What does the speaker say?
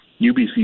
UBC